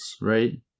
right